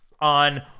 on